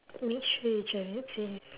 make sure you drive it safe